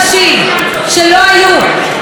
במקום לבוא ולברך על זה,